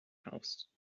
house